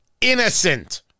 innocent